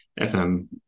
FM